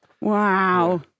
Wow